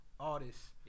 artists